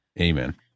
Amen